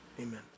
Amen